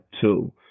two